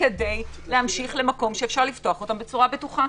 כדי להמשיך למקום שאפשר לפתוח אותם בצורה בטוחה.